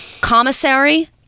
commissary